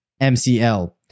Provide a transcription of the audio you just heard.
MCL